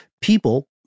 people